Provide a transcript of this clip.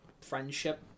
friendship